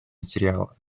материала